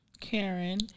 Karen